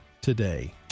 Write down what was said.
today